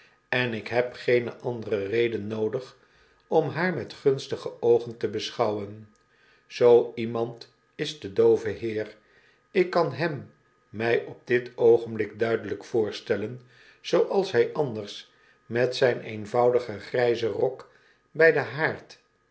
en ik neb geene andere reden noodig om haar metgunstige oogen te beschouwen zoo iemand is de doove heer ik kan hem my op dit oogenblik duidelijk voorstellen zooals hij anders met zyn eenvoudigen gryzen rok by den haard